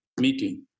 meeting